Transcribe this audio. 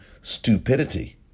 stupidity